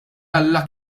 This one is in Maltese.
alla